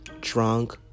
drunk